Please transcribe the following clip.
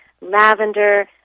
lavender